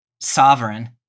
sovereign